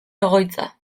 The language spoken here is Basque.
egoitza